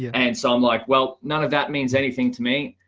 yeah and so i'm like, well, none of that means anything to me.